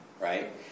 Right